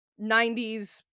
90s